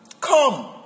Come